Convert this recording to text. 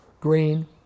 green